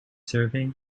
survey